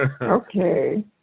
Okay